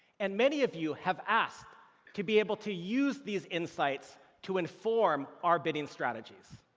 and many of you have asked to be able to use these insights to inform our bidding strategies.